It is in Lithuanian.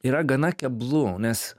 yra gana keblu nes